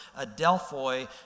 adelphoi